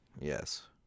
yes